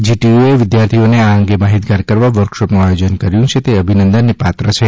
જીટીયુએ વિદ્યાર્થીઓને આ અંગે માહિતગાર કરવ વર્કશોપનું આયોજન કર્યું છે તે અભિનંદનને પાત્ર છે